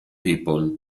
people